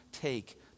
take